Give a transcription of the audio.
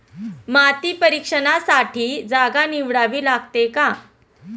माती परीक्षणासाठी जागा निवडावी लागते का?